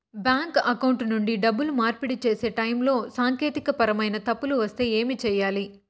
bank account నుండి డబ్బులు మార్పిడి సేసే టైములో సాంకేతికపరమైన తప్పులు వస్తే ఏమి సేయాలి